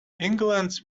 england’s